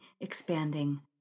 expanding